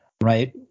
right